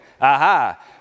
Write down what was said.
Aha